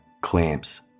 clamps